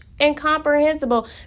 incomprehensible